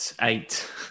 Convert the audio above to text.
eight